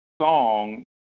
song